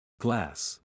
Glass